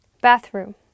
bathroom